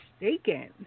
mistaken